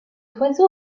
oiseau